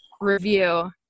review